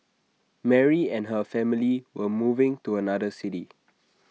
Mary and her family were moving to another city